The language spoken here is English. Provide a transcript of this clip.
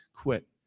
quit